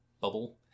bubble